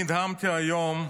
נעבור כעת לנושא הבא שעל סדר-היום,